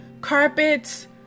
carpets